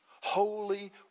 holy